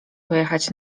pojechać